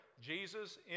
Jesus